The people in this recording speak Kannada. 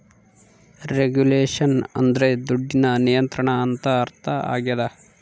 ರೆಗುಲೇಷನ್ ಅಂದ್ರೆ ದುಡ್ಡಿನ ನಿಯಂತ್ರಣ ಅಂತ ಅರ್ಥ ಆಗ್ಯದ